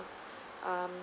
um